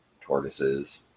tortoises